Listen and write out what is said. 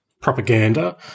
propaganda